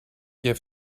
have